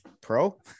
pro